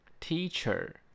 Teacher